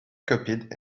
copied